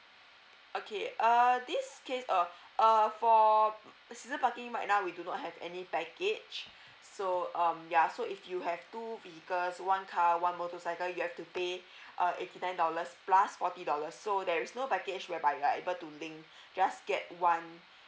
okay uh this case uh uh for the season parking might now we do not have any package so um ya so if you have two vehicles one car one motorcycle you have to pay uh eighty nine dollars plus forty dollars so there is no package whereby you are able to link just get one